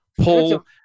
pull